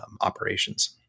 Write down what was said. operations